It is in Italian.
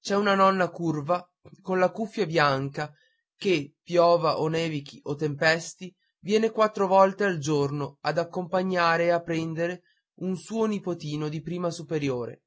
c'è una nonna curva con la cuffia bianca che piova o nevichi o tempesti viene quattro volte al giorno a accompagnare e a prendere un suo nipotino di prima superiore